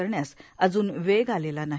करण्यास अजून वेग आलेला नाही